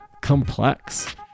complex